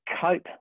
cope